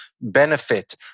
benefit